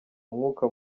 umwuka